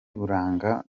buranga